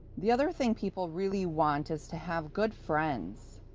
the other thing people really want is to have good friends.